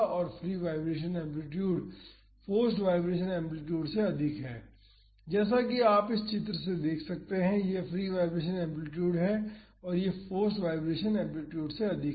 और free vibration amplitude forced vibration amplitude से अधिक है जैसा कि आप इस चित्र से देख सकते हैं यह फ्री वाईब्रेशन एम्पलीटूड है और यह फोर्स्ड वाईब्रेशन एम्पलीटूड से अधिक है